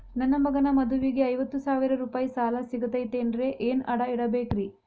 ನನ್ನ ಮಗನ ಮದುವಿಗೆ ಐವತ್ತು ಸಾವಿರ ರೂಪಾಯಿ ಸಾಲ ಸಿಗತೈತೇನ್ರೇ ಏನ್ ಅಡ ಇಡಬೇಕ್ರಿ?